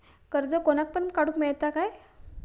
कर्ज कोणाक पण काडूक मेलता काय?